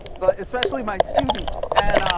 but especially my students. and